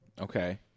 Okay